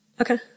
okay